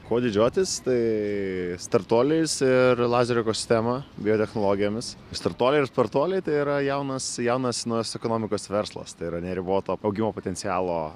kuo didžiuotis tai startuoliais ir lazerio ko sistema biotechnologijomis startuoliai ir spartuoliai tai yra jaunas jaunas naujas ekonomikos verslas tai yra neriboto augimo potencialo